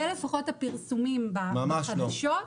אלה לפחות הפרסומים בחדשות.